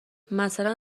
مثلا